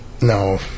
no